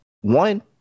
One